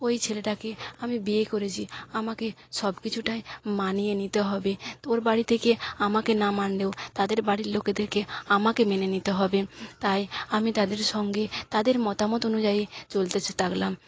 ওই ছেলেটাকে আমি বিয়ে করেছি আমাকে সব কিছুটাই মানিয়ে নিতে হবে তোর বাড়ি থেকে আমাকে না মানলেও তাদের বাড়ির লোকেদেরকে আমাকে মেনে নিতে হবে তাই আমি তাদের সঙ্গে তাদের মতামত অনুযায়ী চলতে থাকলাম